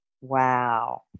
Wow